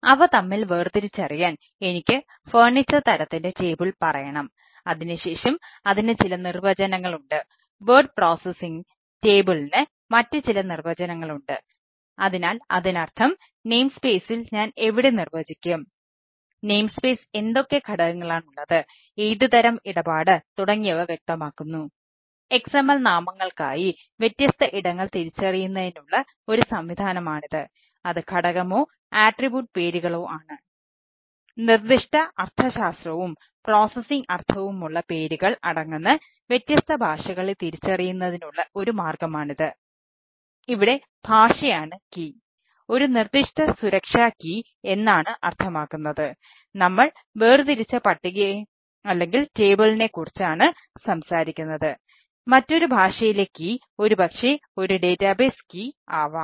അതിനാൽ അവ തമ്മിൽ വേർതിരിച്ചറിയാൻ എനിക്ക് ഫർണിച്ചർ ആവാം